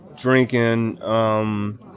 drinking